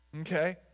Okay